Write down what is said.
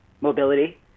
mobility